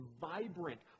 vibrant